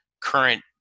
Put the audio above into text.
current